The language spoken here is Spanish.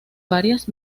varias